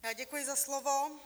Já děkuji za slovo.